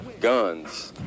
guns